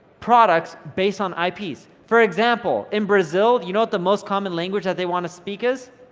products based on ips? for example, in brazil, you know what the most common language that they wanna speak is?